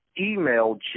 email